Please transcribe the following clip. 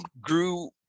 grew